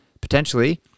potentially